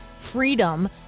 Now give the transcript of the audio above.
freedom